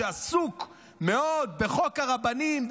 שעסוק מאוד בחוק הרבנים,